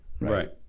Right